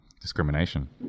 discrimination